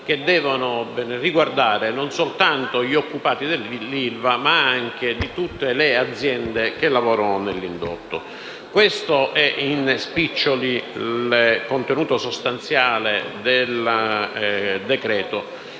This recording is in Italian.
che devono riguardare non soltanto gli occupati dell'ILVA, ma anche di tutte le aziende che lavorano nell'indotto. Questo è in spiccioli il contenuto sostanziale del decreto-legge.